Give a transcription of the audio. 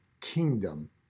kingdom